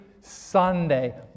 Sunday